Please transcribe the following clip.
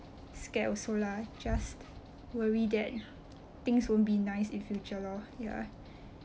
scared also lah just worry that things won't be nice in future lor ya